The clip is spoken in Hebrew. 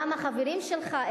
גם החברים שלך,